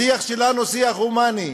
השיח שלנו הוא שיח הומני.